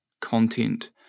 content